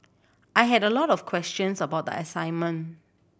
I had a lot of questions about the assignment